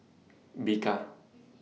Bika